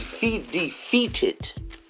defeated